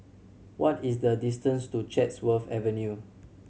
what is the distance to Chatsworth Avenue